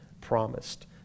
promised